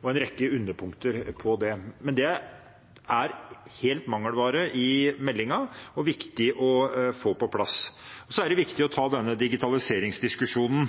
og en rekke underpunkter til det. Det er helt mangelvare i meldingen og viktig å få på plass. Så er det viktig å ta denne digitaliseringsdiskusjonen